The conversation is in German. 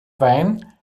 wein